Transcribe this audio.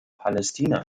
palästina